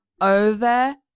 over